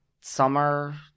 summer